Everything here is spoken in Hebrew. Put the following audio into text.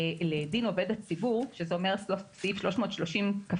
לדין עובד הציבור, שזה אומר סוף סעיף 330כח(ב),